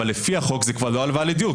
אבל לפי החוק זה כבר לא הלוואה לדיור.